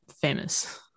famous